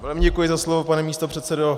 Já vám děkuji za slovo, pane místopředsedo.